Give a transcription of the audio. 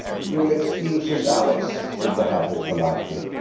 you'll excuse us, alice, said the hatter, politely.